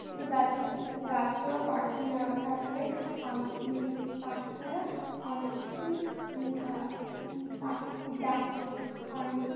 গাছে গাছেও পাখি না থাকলে পাখি ছাড়া অনেক কিছুই ভ পাখি ডাকে অনেক